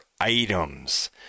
items